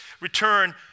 return